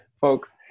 folks